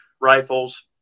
rifles